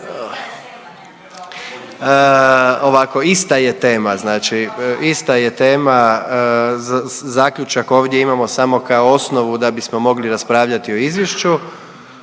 Ovako, ista je tema. Znači ista je tema. Zaključak ovdje imamo samo kao osnovu da bismo mogli raspravljati o izvješću.